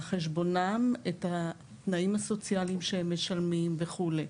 חשבונם את התנאים הסוציאליים שהם משלמים וכולי,